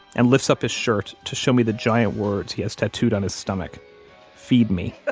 and lifts up his shirt to show me the giant words he has tattooed on his stomach feed me. but